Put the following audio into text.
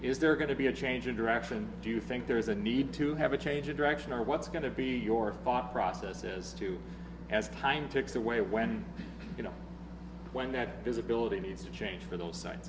is there going to be a change in direction do you think there is a need to have a change of direction or what's going to be your five process is to as kind takes away when you know when that visibility needs to change for those sites